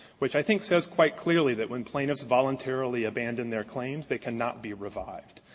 which i think says quite clearly that when plaintiffs voluntarily abandon their claims, they cannot be revived.